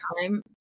time